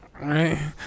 Right